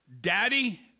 Daddy